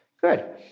Good